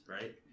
right